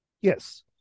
Yes